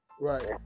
Right